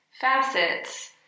facets